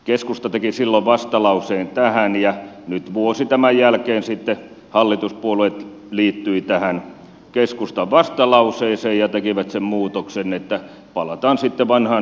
keskusta teki silloin vastalauseen tähän ja nyt vuosi tämän jälkeen sitten hallituspuolueet liittyivät tähän keskustan vastalauseeseen ja tekivät sen muutoksen että palataan sitten vanhaan järjestykseen